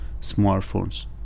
smartphones